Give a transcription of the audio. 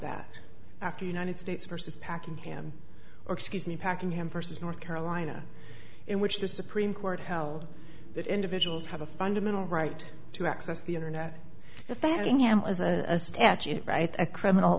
that after united states versus packing him or excuse me packing him versus north carolina in which the supreme court held that individuals have a fundamental right to access the internet if they hang him as a statute writes a criminal